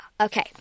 okay